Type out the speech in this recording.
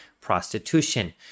prostitution